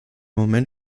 moment